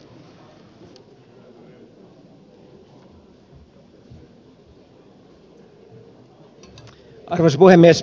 arvoisa puhemies